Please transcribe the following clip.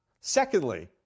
Secondly